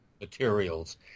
materials